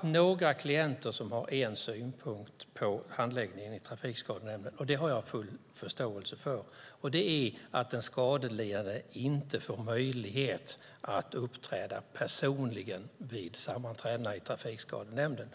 Några klienter har haft en synpunkt på handläggningen i Trafikskadenämnden. Det är att den skadelidande inte får möjlighet att uppträda personligen vid sammanträdena i Trafikskadenämnden.